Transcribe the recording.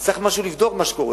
אז צריך לבדוק מה שקורה.